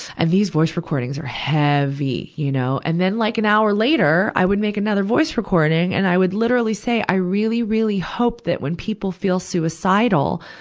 and these voice recording were heavy, you know. and then like an hour later, i would make another voice recording, and i would literally, i really, really hope that when people feel suicidal,